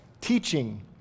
teaching